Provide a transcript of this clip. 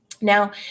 Now